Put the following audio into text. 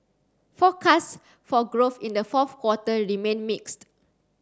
forecasts for growth in the fourth quarter remain mixed